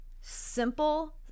simple